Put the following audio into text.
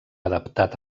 adaptat